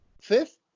fifth